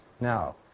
Now